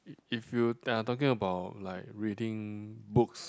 if if you ah talking about like reading books